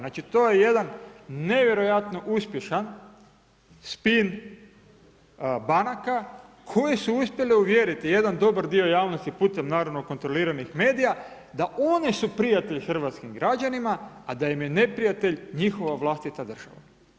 Znači, to je jedan nevjerojatno uspješan spin banaka koje su uspjele uvjeriti jedan dobar dio javnosti putem naravno, kontroliranih medija da one su prijatelj hrvatskim građanima, a da im je neprijatelj njihova vlastita država.